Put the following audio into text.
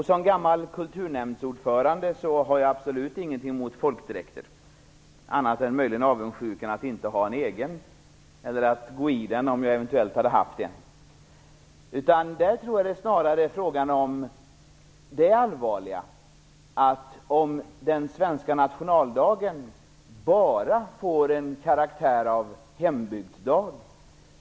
Som gammal kulturnämndsordförande har jag absolut ingenting emot folkdräkter, annat än möjligen avundsjukan att inte ha en egen, eller att komma i den om jag eventuellt hade haft en. Där tror jag att det snarare är frågan om det allvarliga i att nationaldagen bara får en karaktär av hembygdsdag.